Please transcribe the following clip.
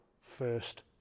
first